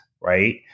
right